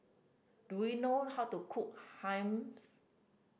do you know how to cook